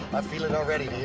i feel it already,